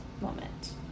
moment